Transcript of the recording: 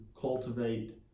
cultivate